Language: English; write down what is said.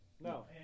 No